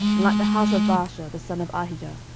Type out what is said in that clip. and like the house of baasha the son of ahijah,